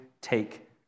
take